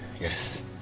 Yes